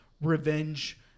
revenge